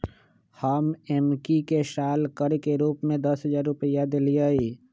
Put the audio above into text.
हम एम्की के साल कर के रूप में दस हज़ार रुपइया देलियइ